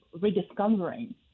rediscovering